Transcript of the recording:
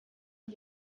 und